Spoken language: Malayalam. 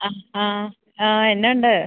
ആ ആ ആ എന്തുണ്ട്